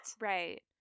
Right